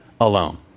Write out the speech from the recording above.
alone